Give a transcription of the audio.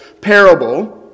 parable